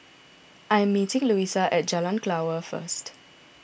I am meeting Luisa at Jalan Kelawar first